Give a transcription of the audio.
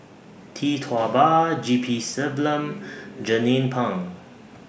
Tee Tua Ba G P Selvam Jernnine Pang